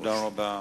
תודה רבה,